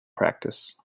practice